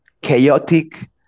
chaotic